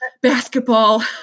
basketball